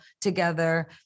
together